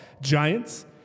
giants